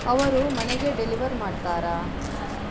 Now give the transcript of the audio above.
ಅವರು ಮನೆಗೆ ಡೆಲಿವರ್ ಮಾಡ್ತಾರಾ